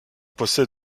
possède